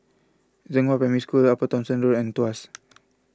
Zhenghua Primary School Upper Thomson Road and Tuas